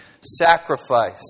sacrifice